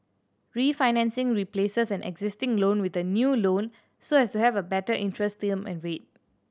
refinancing replaces an existing loan with a new loan so as to have a better interest term and rate